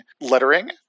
lettering